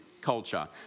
culture